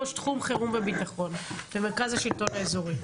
ראש תחום חירום וביטחון במרכז השלטון האזורי.